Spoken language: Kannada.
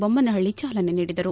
ಬೊಮ್ಮನಪಳ್ಳಿ ಚಾಲನೆ ನೀಡಿದರು